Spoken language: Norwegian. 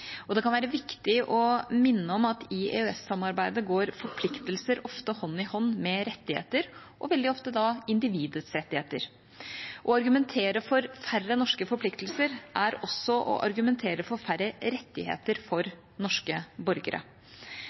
og det kan være viktig å minne om at i EØS-samarbeidet går forpliktelser ofte hånd i hånd med rettigheter, og veldig ofte da individets rettigheter. Å argumentere for færre norske forpliktelser er også å argumentere for færre rettigheter for norske borgere.